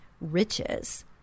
riches